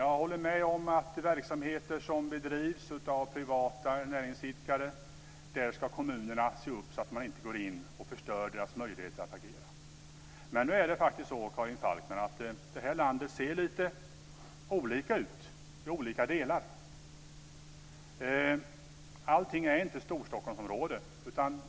Jag håller med om att i verksamheter som bedrivs av privata näringsidkare ska kommunerna se upp så att man inte förstör deras möjligheter att agera. Det här landet ser lite olika ut i olika delar, Karin Falkmer. Allting är inte Storstockholmsområde.